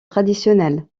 traditionnelle